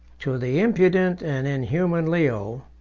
to the impudent and inhuman leo,